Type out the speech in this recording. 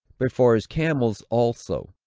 but for his camels also,